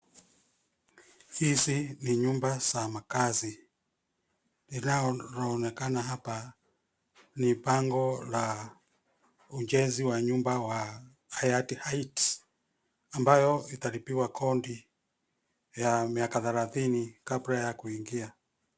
Hizi ni nyumba za makaazi, inayoonekana hapa ni bango la ujenzi wa nyumba wa Hayat Heights ambayo italipiwa kodi ya miaka thelatini kabla ya kuingia.